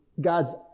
God's